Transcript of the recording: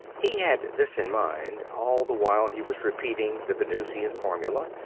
he had this in mind all the while he was repeating the venusian formula,